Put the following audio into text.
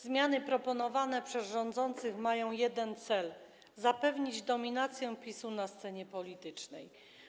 Zmiany proponowane przez rządzących mają jeden cel: zapewnić dominację PiS-u na scenie politycznej.